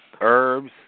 herbs